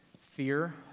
fear